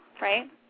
right